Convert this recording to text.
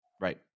Right